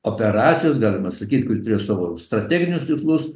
operacijos galima sakyt kuri turėjo savo strateginius tikslus